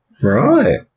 Right